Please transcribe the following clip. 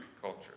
culture